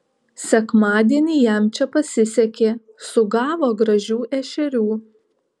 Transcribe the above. sekmadienį jam čia pasisekė sugavo gražių ešerių